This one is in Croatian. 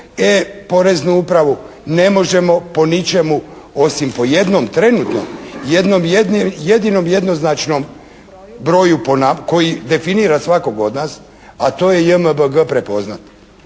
E poreznu upravu, ne možemo po ničemu osim po jednom trenutno jednom jedinom jednoznačnom broju koji definira svakog od nas a to je JMBG prepoznati.